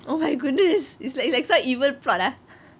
oh my goodness it's it's like some evil plot ah